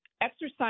exercise